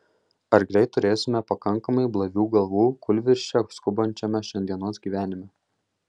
ar greit turėsime pakankamai blaivių galvų kūlvirsčia skubančiame šiandienos gyvenime